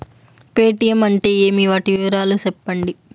Paytm అంటే ఏమి, వాటి వివరాలు సెప్పండి?